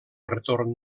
retorn